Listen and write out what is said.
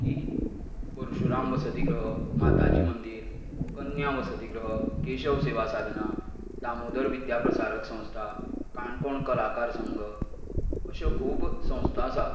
की परशुराम वसती गृह माताजी मंदीर कन्या वसती गृह केशव सेवा साधना दामोदर विद्द्याप्रसारक संस्था काणकोण कलाकार संघ अश्यो खूब संस्था आसात